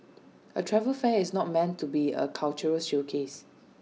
A travel fair is not meant to be A cultural showcase